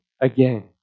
again